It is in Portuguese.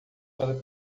para